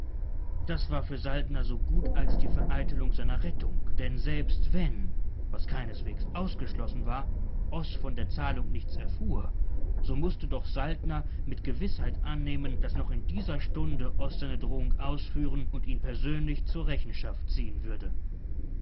das war für saltner so gut als die vereitelung seiner rettung denn selbst wenn was keineswegs ausgeschlossen war oß von der zahlung nichts erfuhr so mußte doch saltner mit gewißheit annehmen daß noch in dieser stunde oß seine drohung ausführen und ihn persönlich zur rechenschaft ziehen würde